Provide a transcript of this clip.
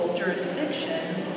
jurisdictions